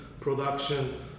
production